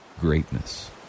greatness